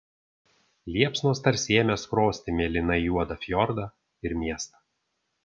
liepsnos tarsi ėmė skrosti mėlynai juodą fjordą ir miestą